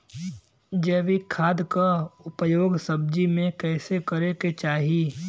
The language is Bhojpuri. जैविक खाद क उपयोग सब्जी में कैसे करे के चाही?